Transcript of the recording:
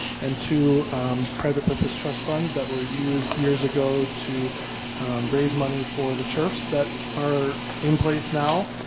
and two private purpose trust funds that were used years ago to raise money for the turfs that are in place now.